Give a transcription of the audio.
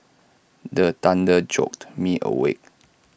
the thunder jolt me awake